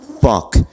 fuck